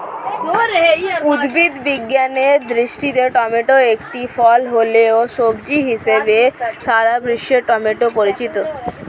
উদ্ভিদ বিজ্ঞানের দৃষ্টিতে টমেটো একটি ফল হলেও, সবজি হিসেবেই সারা বিশ্বে টমেটো পরিচিত